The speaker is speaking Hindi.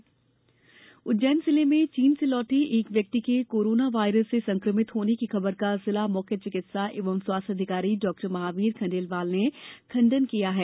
कोरोना वायरस उज्जैन जिले में चीन से लौटे एक व्यक्ति के कोरोना वायरस से संकमित होने की खबर का जिला मुख्य चिकित्सा एवं स्वास्थ्य अधिकारी डॉ महावीर खंडेलवाल ने खंडन किया है